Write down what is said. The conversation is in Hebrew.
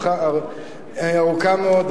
ארוכה מאוד,